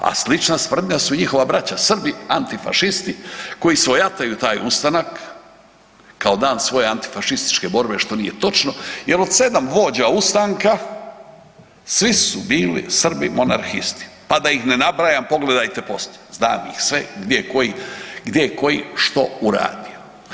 A slična sprdnja su i njihova braća Srbi antifašisti koji svojataju taj ustanak kao dan svoje antifašističke borbe što nije točno jer od 7 vođa ustanka svi su bili Srbi monarhisti, pa da ih ne nabrajam pogledajte poslije, znam ih sve gdje je koji što uradio.